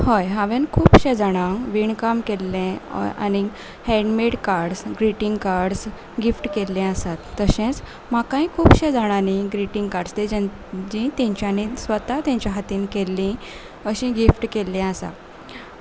हय हांवें खुबशे जाणांक विणकाम केल्लें आनी handmade cards greeting cards gift केल्ले आसात तशेंच म्हाकाय खुबशे जाणांनी ग्रिटींग कार्ड्स ते जीं तांच्यांनी स्वता तांच्या हातान केल्लीं अशीं गिफ्ट केल्लीं आसा